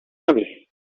yummy